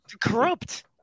corrupt